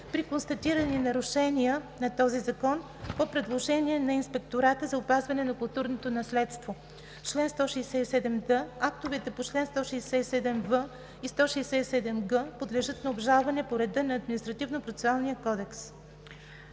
при констатирани нарушения на този закон по предложение на Инспектората за опазване на културното наследство. Чл. 167д. Актовете по чл. 167в и 167г подлежат на обжалване по реда на Административнопроцесуалния кодекс.”